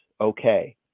Okay